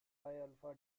alpha